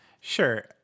Sure